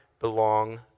belong